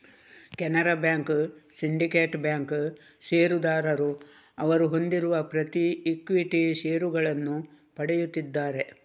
Canara bank, syndicate bank ಷೇರುದಾರರು ಅವರು ಹೊಂದಿರುವ ಪ್ರತಿ ಈಕ್ವಿಟಿ ಷೇರುಗಳನ್ನು ಪಡೆಯುತ್ತಿದ್ದಾರೆ